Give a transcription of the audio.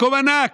מקום ענק,